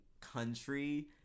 country